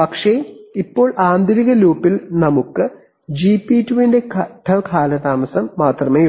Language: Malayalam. പക്ഷേ ഇപ്പോൾ ആന്തരിക ലൂപ്പിൽ നമുക്ക് ജിപി 2 ന്റെ ഘട്ടം കാലതാമസം മാത്രമേയുള്ളൂ